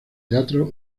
teatro